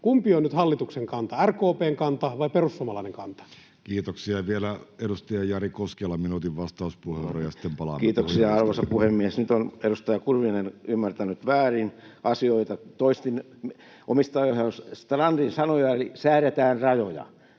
Kumpi on nyt hallituksen kanta, RKP:n kanta vai perussuomalainen kanta? Kiitoksia. — Vielä edustaja Jari Koskelan minuutin vastauspuheenvuoro, ja sitten palataan puhujalistaan. Kiitoksia, arvoisa puhemies! Nyt on edustaja Kurvinen ymmärtänyt väärin asioita. Toistin omistajaohjauksesta Strandin sanoja, eli säädetään rajoja.